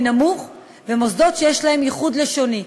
נמוך ומוסדות שיש להם ייחוד לשוני,